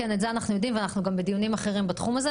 את זה אנחנו יודעים ואנחנו גם בדיונים אחרים בתחום הזה.